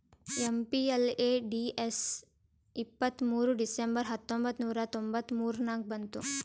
MPLADS ಇಪ್ಪತ್ತ್ಮೂರ್ December ಹತ್ತೊಂಬತ್ ನೂರಾ ತೊಂಬತ್ತ ಮೂರ ನಾಗ ಬಂತು